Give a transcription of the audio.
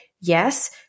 Yes